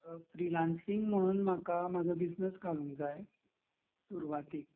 freelancing म्हणून म्हाका म्हजो बिजनस घालूंक जाय सुरवातेक